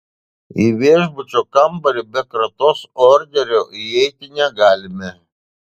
į viešbučio kambarį be kratos orderio įeiti negalime